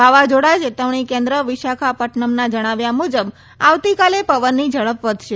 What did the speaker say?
વાવાઝોડા ચેતવણી કેન્દ્ર વિશાખાપટ્ટનમના જણાવ્યા મુજબ આવતીકાલે પવનની ઝડપ વધશે